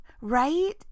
right